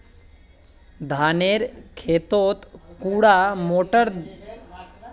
धानेर खेतोत कुंडा मोटर दे पानी दोही?